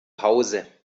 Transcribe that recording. hause